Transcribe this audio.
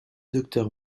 docteur